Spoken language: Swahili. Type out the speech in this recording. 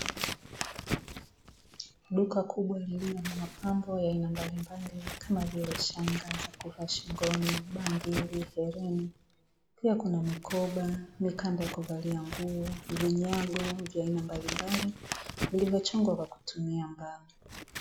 Duka kubwa lililo na mapambo ya aina mbalimbali kama vile shanga za kuvaa shingoni, bangili, hereni pia kuna kuna mikoba, mikanda ya kuvalia nguo, vinyago vya aina mbalimbali vilivyochongwa kwa kutumia mbao.